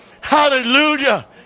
Hallelujah